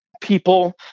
people